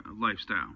lifestyle